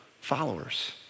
followers